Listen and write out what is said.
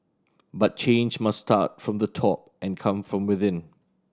but change must start from the top and come from within